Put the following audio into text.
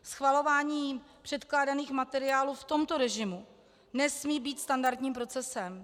Schvalování předkládaných materiálů v tomto režimu nesmí být standardním procesem.